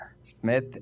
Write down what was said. smith